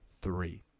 Three